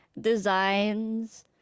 designs